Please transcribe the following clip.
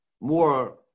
more